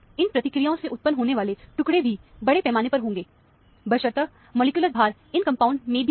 इन प्रक्रियाओं से उत्पन्न होने वाले टुकड़े भी बड़े पैमाने पर होंगे बशर्ते मॉलिक्यूलर भार इस कंपाउंड में भी हो